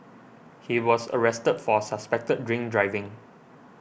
he was arrested for suspected drink driving